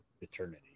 eternity